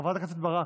חברת הכנסת ברק.